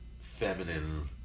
feminine